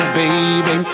baby